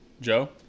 Joe